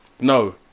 No